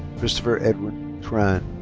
christopher edward tran.